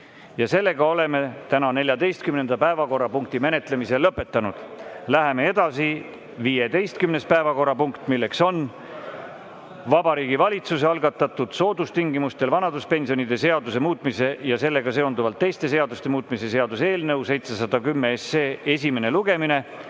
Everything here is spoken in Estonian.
17.15. Oleme tänase 14. päevakorrapunkti menetlemise lõpetanud. Läheme edasi. 15. päevakorrapunkt on Vabariigi Valitsuse algatatud soodustingimustel vanaduspensionide seaduse muutmise ja sellega seonduvalt teiste seaduste muutmise seaduse eelnõu 710 esimene lugemine.